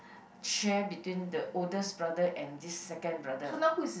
share between the oldest brother and this second brother